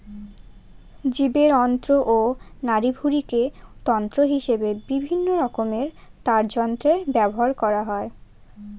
জীবের অন্ত্র ও নাড়িভুঁড়িকে তন্তু হিসেবে বিভিন্নরকমের তারযন্ত্রে ব্যবহার করা হয়